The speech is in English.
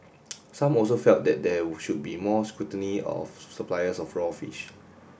some also felt that there should be more scrutiny of suppliers of raw fish